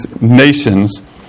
nations